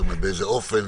באיזה אופן.